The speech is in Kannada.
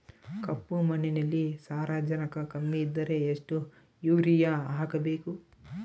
ಕಪ್ಪು ಮಣ್ಣಿನಲ್ಲಿ ಸಾರಜನಕ ಕಮ್ಮಿ ಇದ್ದರೆ ಎಷ್ಟು ಯೂರಿಯಾ ಹಾಕಬೇಕು?